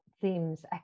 themes